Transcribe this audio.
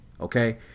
Okay